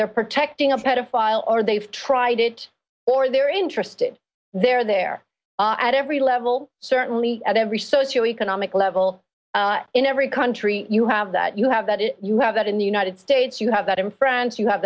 they're protecting a pedophile or they've tried it or they're interested they're there at every level certainly at every socio economic level in every country you have that you have that if you have that in the united states you have that in france you have